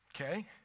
Okay